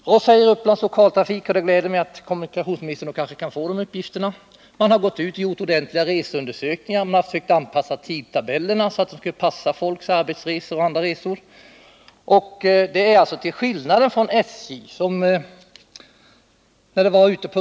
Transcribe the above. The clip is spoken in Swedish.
Från Upplands Lokaltrafik meddelas — och det gläder mig att kommunikationsministern kommer att vända sig till Upplands Lokaltrafik, så att han kan få uppgifter härom — att man har gjort ordentliga reseundersökningar och försökt anpassa tidtabellerna så att de skulle passa folks arbetsresor och andra resor. På den punkten skiljer man sig från vad som gäller beträffande SJ.